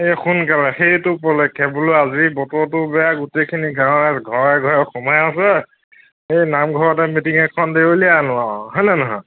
এই শুন কেলা সেইটো ক'লে কে বোলো আজি বতৰটো বেয়া গোটেইখিনি গাঁৱৰ ঘৰে ঘৰে সোমায় আছে এই নামঘৰতে মিটিং এখন দি উলিয়াই আনো আৰু হয় নে নহয়